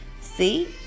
See